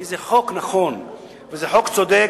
כי זה חוק נכון וזה חוק צודק